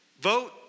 Vote